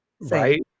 right